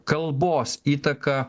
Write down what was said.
kalbos įtaka